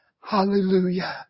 Hallelujah